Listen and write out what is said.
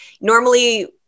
normally